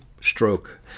stroke